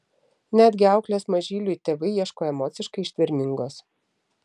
netgi auklės mažyliui tėvai ieško emociškai ištvermingos